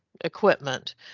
equipment